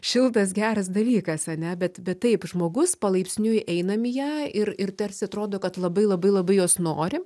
šiltas geras dalykas ane bet bet taip žmogus palaipsniui einam į ją ir ir tarsi atrodo kad labai labai labai jos norim